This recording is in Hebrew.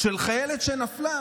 של חיילת שנפלה,